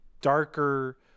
darker